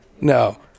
No